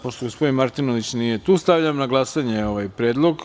Pošto gospodin Martinović nije tu, stavljam na glasanje ovaj predlog.